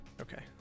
Okay